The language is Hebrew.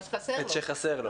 מה שחסר לו.